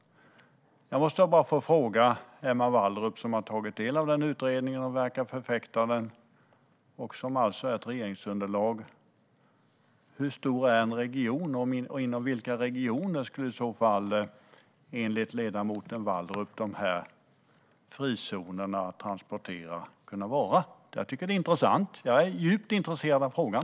Jag måste ställa en fråga till Emma Wallrup som har tagit del av utredningen och verkar förfäkta den, och som är en del av ett regeringsunderlag. Hur stor är en region, och inom vilka regioner skulle i så fall enligt ledamoten Wallrup frizonerna att transportera kunna vara? Jag är djupt intresserad av frågan.